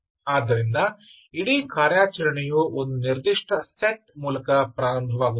ಆದ್ದರಿಂದ ಇಡೀ ಕಾರ್ಯಾಚರಣೆಯು ಒಂದು ನಿರ್ದಿಷ್ಟ ಸೆಟ್ ಮೂಲಕ ಪ್ರಾರಂಭವಾಗುತ್ತದೆ